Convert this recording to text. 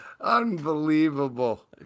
Unbelievable